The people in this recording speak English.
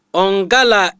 ongala